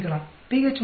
pH 3